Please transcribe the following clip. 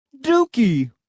Dookie